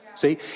See